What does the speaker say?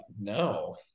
no